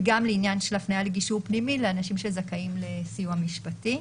וגם לעניין של הפנייה לגישור פנימי לאנשים שזכאים לסיוע משפטי,